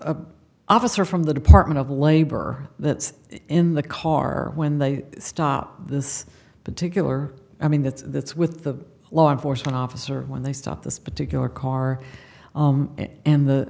the officer from the department of labor that's in the car when they stop this particular i mean that's that's with the law enforcement officer when they stop this particular car and the